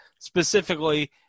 specifically